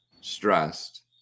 stressed